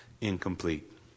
incomplete